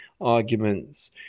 arguments